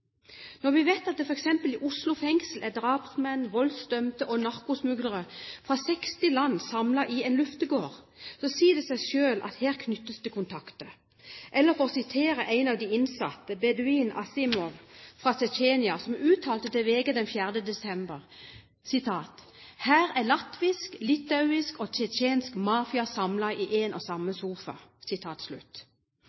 Når vi vet at det f.eks. i Oslo fengsel er drapsmenn, voldsdømte og narkosmuglere fra 60 land samlet i én luftegård, sier det seg selv at her knyttes det kontakter. Eller for å sitere det en av de innsatte, Beudin Azimov fra Tsjetsjenia uttalte til VG den 4. desember: «Her er latvisk, litauisk og tsjetsjensk mafia samlet i en og samme